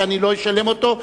שאני לא אשלם אותו,